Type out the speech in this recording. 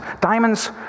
Diamonds